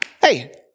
Hey